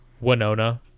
winona